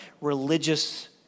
religious